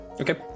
Okay